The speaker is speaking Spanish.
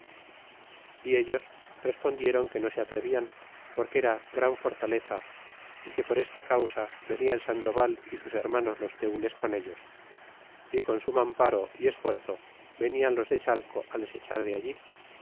y ellos respondieron que no se atrevian porque era gran fortaleza y que por esta causa venia el sandoval y sus hermanos los tenles con ellos y con su mamparo y esfuerzo venian os de chalco les echar de allí